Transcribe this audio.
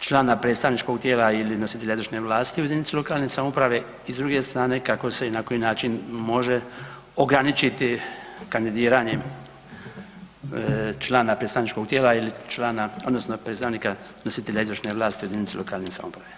člana predstavničkog tijela ili nositelja izvršne vlasti u jedinici lokalne samouprave i s druge strane, kako se i na koji način može ograničiti kandidiranje člana predstavničkog tijela ili člana, odnosno predstavnika nositelja izvršne vlasti u jedinicu lokalne samouprave.